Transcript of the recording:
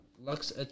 Lux